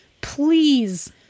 Please